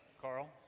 Carl